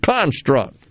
construct